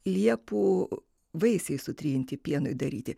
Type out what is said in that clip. liepų vaisiai sutrinti pienui daryti